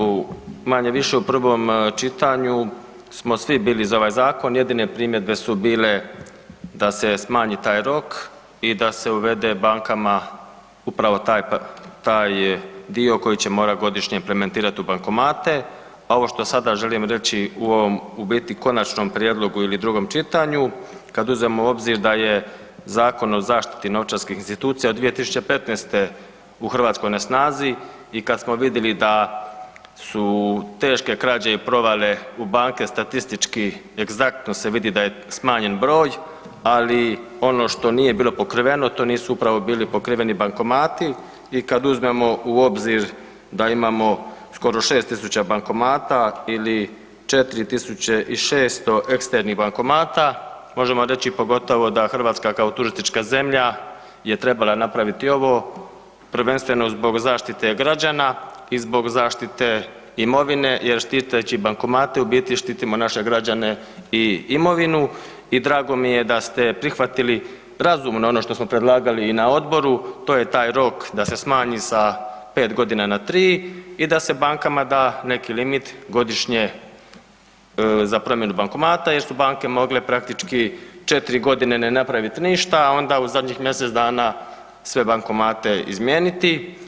U manje-više u prvom čitanju smo svi bili za ovaj zakon, jedine primjedbe su bile da se smanji taj rok i da se uvede bankama upravo taj dio koji će morati godišnje implementirati u bankomate, a ovo što sada želim reći u ovom u biti konačnom prijedlogu ili drugom čitanju, kad uzmemo u obzir da je Zakon o zaštiti novčarskih institucija od 2015. u Hrvatskoj na snazi i kad smo vidjeli da su teške krađe i provale u banke statistički egzaktno se vidi da je smanjen broj, ali ono što nije bilo pokriveno, to nisu upravo bili pokriveni bankomati i kad uzmemo u obzir da imamo skoro 6 tisuća bankomata ili 4 600 eksternih bankomata, možemo reći, pogotovo da Hrvatska kao turistička zemlja je trebala napraviti ovo, prvenstveno zbog zaštite građana i zbog zaštite imovine jer štiteći bankomate u biti štitimo naše građane i imovinu i drago mi je da ste prihvatili razumno ono što smo predlagali i na odboru, to je taj rok da se smanji sa 5 godina na 3 i da se bankama da neki limit godišnje za promjenu bankomata jer su banke mogle praktički 4 godine ne napraviti ništa, a onda u zadnjih mjesec dana sve bankomate izmijeniti.